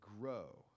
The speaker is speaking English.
grow